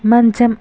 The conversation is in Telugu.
మంచం